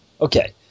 Okay